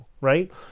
right